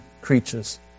creatures